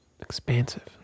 Expansive